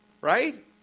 right